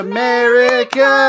America